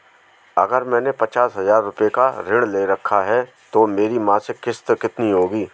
अगर मैंने पचास हज़ार रूपये का ऋण ले रखा है तो मेरी मासिक किश्त कितनी होगी?